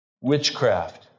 witchcraft